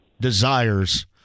desires